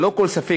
ללא כל ספק,